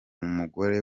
mugore